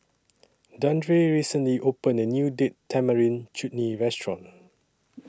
Dandre recently opened A New Date Tamarind Chutney Restaurant